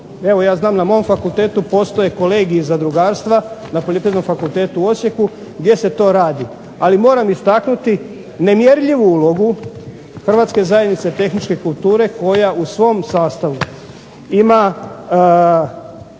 evo ja znam na mom fakultetu postoje kolegiji zadrugarstva, na Poljoprivrednom fakultetu u Osijeku gdje se to radi. Ali moram istaknuti nemjerljivu ulogu Hrvatske zajednice tehničke kulture koja u svom sastavu ima